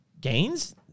gains